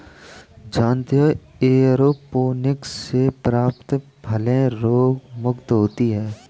जानते हो एयरोपोनिक्स से प्राप्त फलें रोगमुक्त होती हैं